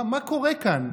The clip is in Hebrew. מה קורה כאן?